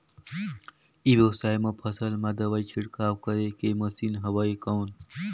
ई व्यवसाय म फसल मा दवाई छिड़काव करे के मशीन हवय कौन?